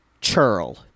churl